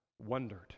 Wondered